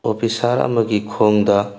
officer ꯑꯃꯒꯤ ꯈꯣꯡꯗ